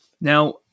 Now